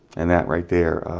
and that right there,